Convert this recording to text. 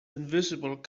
invisible